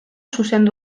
zuzendu